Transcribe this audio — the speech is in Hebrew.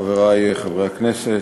1. כבוד היושב-ראש, חברי חברי הכנסת,